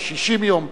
יש 60 יום,